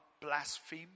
blaspheme